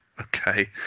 Okay